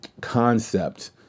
concept